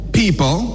people